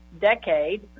decade